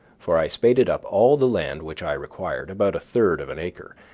for i spaded up all the land which i required, about a third of an acre,